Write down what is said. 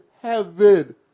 heaven